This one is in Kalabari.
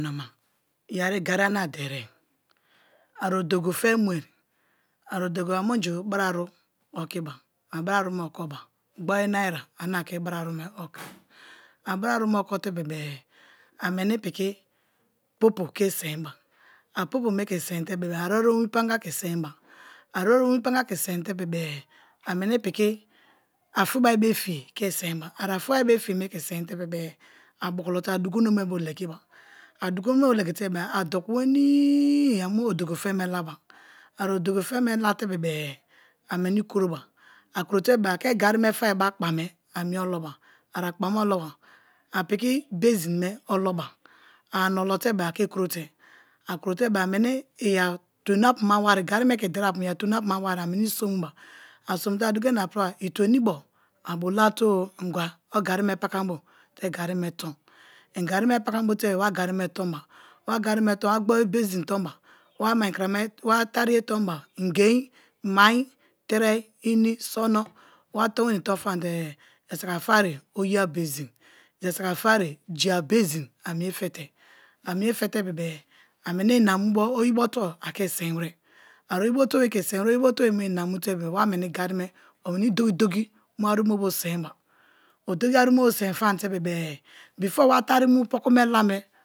yeri garri ane a derie a odogo fe mue a dogo, munju bra okiba, a bra aru me okoba, ogboru naira ane a ke bra aru me okoi, a bra aru me okote bebe-e a meni piki popo ke ke spinba a popo me ke sein te bebe-e a ani owin panga ke sein ba, a aru owin panga ke sein te bebe-e ameni piki fibare be fiye ke sein ba, a fiba ribe fiye be sein te bebe-e a buku lote a bukuno me bo legiba, a dukuno me bo legite-e a doku wenii a mu odogo fe me laba, a odogo fe me la te bebe-e ameni kuro ba a kuro te bebe-e a ke gari me fe be akpa me a mie oloba a akpame oloba a piki basin me oloba a ani olote-e a ke kuro te a kuro te a meni iya tuwoni apu ma wari gari me ke i derie apuna iya tuwoni apu ma wari a meni somu ba, a somute a dugo ina piriba i tuwoni bo a bo late ingwa o gari me paka mbo i gari me pakambote wa gari me tonba, wa gari me ton wa gbori besin tonba, wa mai kramayi wa tariye tonba, iger, mai, trei, ini, sono, wa ton wenii ton famate-e jasaki a fe ye oyi a basin jasaki a fe ye jei-a basin a mie pete, a mie fete bebe-e a meni ina mubo oyibo tubo a ke sein were, a oyibo tubo be ke sein were, oyi bo tubo be inina mu te-e wa meni gari me o meni doki doki mu aru me bo sein ba, o doki aru me bo sein famate be-be-e before wa tari mu pokume la me.